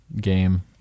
game